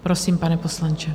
Prosím, pane poslanče.